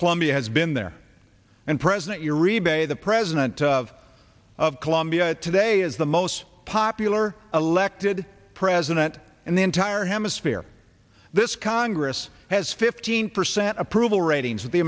colombia has been there and president uribe the president of of colombia today is the most popular elected president and the entire hemisphere this congress has fifteen percent approval ratings of the